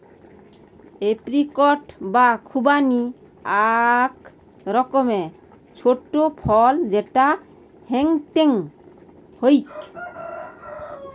apricot বা খুবানি আক রকমের ছোট ফল যেটা হেংটেং হউক